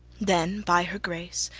then by her grace,